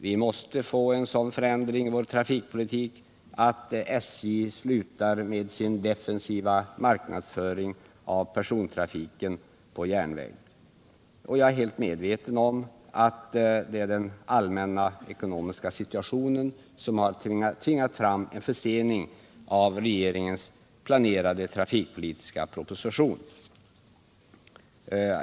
Vi måste få en sådan förändring i vår trafikpolitik att SJ slutar med sin defensiva marknadsföring av persontrafiken på järnvägen. Jag är helt medveten om att det är den allmänna ekonomiska situationen som har tvingat fram en försening av regeringens planerade trafikpolitiska proposition.